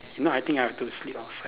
if not I think I have to sleep outside